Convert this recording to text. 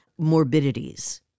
Morbidities